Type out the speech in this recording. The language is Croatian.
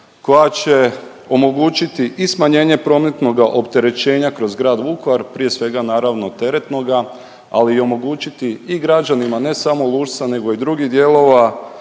koja će omogućiti i smanjenje prometnoga opterećenja kroz grad Vukovar, prije svega, naravno, teretnoga, ali i omogućiti i građanima, ne samo Lušca, nego i drugih dijelova,